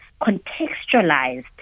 contextualized